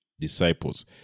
disciples